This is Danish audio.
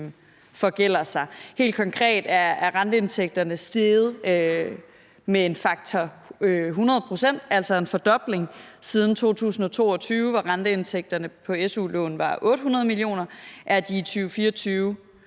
Helt konkret er renteindtægterne steget med 100 pct., altså en fordobling, siden 2022. Der var renteindtægterne fra su-lån 800 mio. kr. I 2024